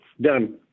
Done